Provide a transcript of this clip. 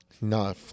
No